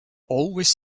always